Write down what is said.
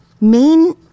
main